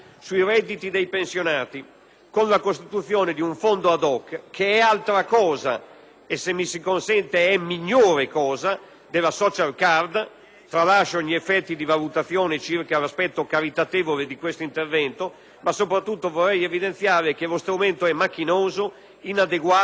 con la costituzione di un fondo *ad hoc*, che è altra cosa e, se mi si consente, è migliore cosa della *social card*. Tralascio ogni valutazione circa l'aspetto caritatevole di quest'ultimo intervento, ma vorrei soprattutto evidenziare che lo strumento è macchinoso, inadeguato e di limitatissimo impatto.